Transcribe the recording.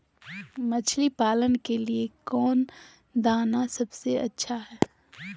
मछली पालन के लिए कौन दाना सबसे अच्छा है?